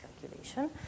calculation